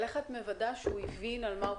אבל איך את מוודאת שהוא הבין על מה הוא